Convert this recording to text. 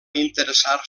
interessar